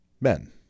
men